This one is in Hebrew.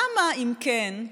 למה, אם כן,